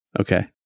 Okay